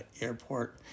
Airport